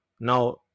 Now